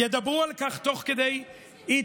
ידברו על כך תוך כדי התעלמות,